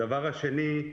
הדבר השני,